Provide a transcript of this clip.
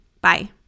Bye